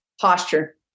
posture